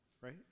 right